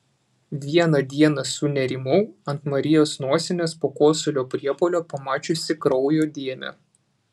vieną dieną sunerimau ant marijos nosinės po kosulio priepuolio pamačiusi kraujo dėmę